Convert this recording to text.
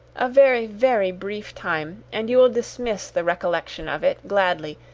a very, very brief time, and you will dismiss the recollection of it, gladly,